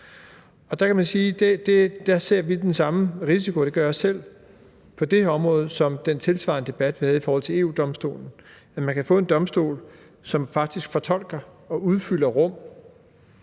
der ser vi den samme risiko – det gør jeg også selv – på det her område, som vi så i den tilsvarende debat i forhold til EU-Domstolen om, at man kan få en domstol, som faktisk fortolker og udfylder rum,